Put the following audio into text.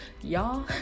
y'all